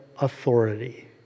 authority